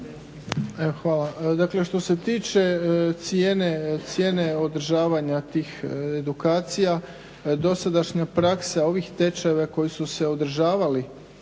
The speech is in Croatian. Dakle, što se tiče cijene održavanja tih edukacija dosadašnja praksa ovih tečajeva koji su se održavali,